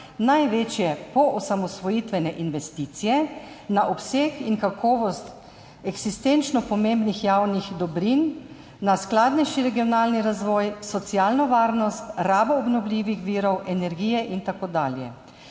največje poosamosvojitvene investicije na obseg in kakovost eksistenčno pomembnih javnih dobrin, na skladnejši regionalni razvoj, socialno varnost, rabo obnovljivih virov energije in tako dalje.